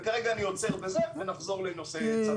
וכרגע אני עוצר בזה ונחזור לנושא צו בריאות העם.